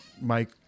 Mike